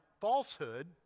falsehood